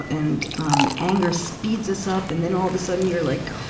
and, um, anger speeds us up. and then, all of a sudden, you're like,